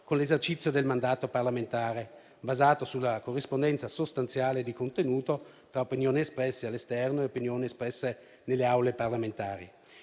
con l'esercizio del mandato parlamentare basato sulla corrispondenza sostanziale di contenuto tra opinioni espresse all'esterno e opinioni espresse nelle Aule parlamentari.